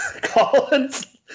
Collins